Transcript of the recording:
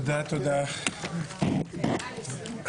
הישיבה ננעלה בשעה 14:00.